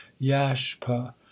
yashpa